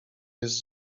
jest